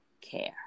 care